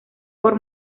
por